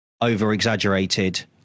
over-exaggerated